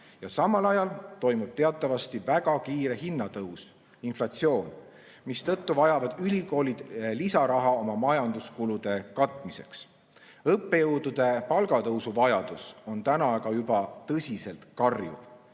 Samal ajal toimub teatavasti väga kiire hinnatõus, inflatsioon, mistõttu vajavad ülikoolid lisaraha oma majanduskulude katmiseks. Õppejõudude palga tõusu vajadus on aga juba tõsiselt karjuv.